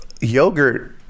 yogurt